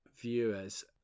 viewers